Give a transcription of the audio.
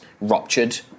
ruptured